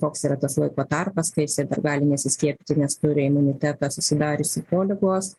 koks yra tas laiko tarpas kai jisai dar gali nesiskiepyti nes turi imunitetą susidariusi po ligos